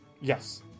Yes